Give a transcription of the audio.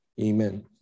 Amen